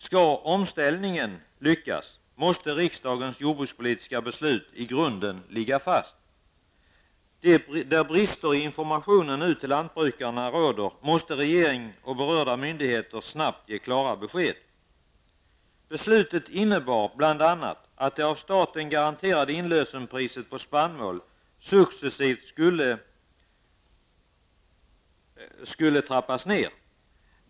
Skall omställningen lyckas måste riksdagens jordbrukspolitiska beslut i grunden ligga fast. Där brister i informationen till lantbrukarna nu råder, måste regering och berörda myndigheter snabbt ge klara besked. Beslutet innebar bl.a. att det av staten garanterade inlösenpriset på spannmål successivt skulle trappas ned.